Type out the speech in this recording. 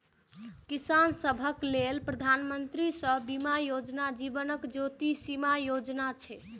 किसान सभक लेल प्रधानमंत्री फसल बीमा योजना, जीवन ज्योति बीमा योजना छै